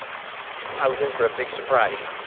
i was in for a big surprise.